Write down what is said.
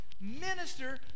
minister